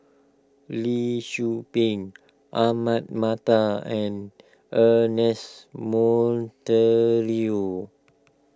Lee Tzu Pheng Ahmad Mattar and Ernest Monteiro